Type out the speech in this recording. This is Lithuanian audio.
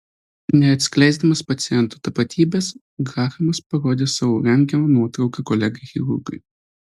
neatskleisdamas paciento tapatybės grahamas parodė savo rentgeno nuotrauką kolegai chirurgui